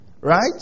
Right